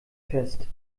fest